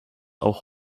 auch